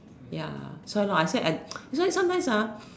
ya I sad I it's like sometimes ah